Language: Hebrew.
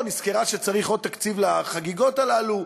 נזכרה שצריך עוד תקציב לחגיגות האלה,